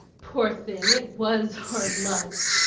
poor thing, it was hard luck!